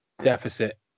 deficit